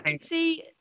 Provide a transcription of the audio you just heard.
see